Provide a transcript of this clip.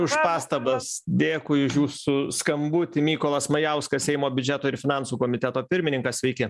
už pastabas dėkui už jūsų skambutį mykolas majauskas seimo biudžeto ir finansų komiteto pirmininkas sveiki